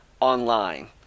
Online